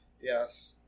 Yes